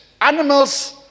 Animals